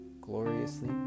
gloriously